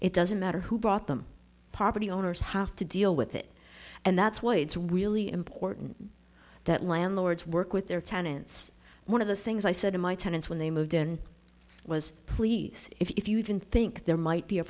it doesn't matter who bought them property owners have to deal with it and that's why it's really important that landlords work with their tenants one of the things i said in my tenants when they moved in was please if you didn't think there might be a